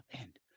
end